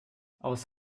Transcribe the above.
aus